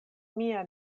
mia